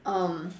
um